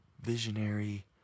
visionary